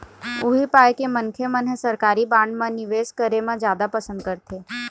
उही पाय के मनखे मन ह सरकारी बांड म निवेस करे म जादा पंसद करथे